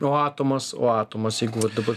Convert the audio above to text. o atomas o atomas jeigu vat dabar